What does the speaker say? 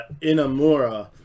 Inamura